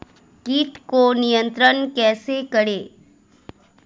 कीट को नियंत्रण कैसे करें?